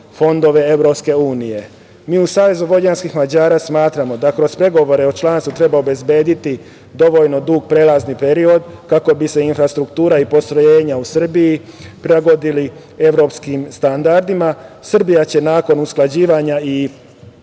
fondove EU. Mi u SVM smatramo da kroz pregovore o članstvu treba obezbediti dovoljno dug prelazni period kako bi se infrastruktura i postrojenja u Srbiji prilagodili evropskim standardima, Srbija će nakon usklađivanja i